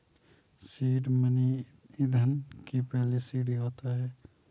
seed money ईंधन की पहली सीढ़ी होता है